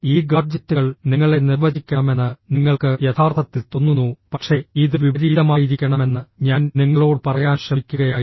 ഈ ഗാഡ്ജെറ്റുകൾ നിങ്ങളെ നിർവചിക്കണമെന്ന് നിങ്ങൾക്ക് യഥാർത്ഥത്തിൽ തോന്നുന്നു പക്ഷേ ഇത് വിപരീതമായിരിക്കണമെന്ന് ഞാൻ നിങ്ങളോട് പറയാൻ ശ്രമിക്കുകയായിരുന്നു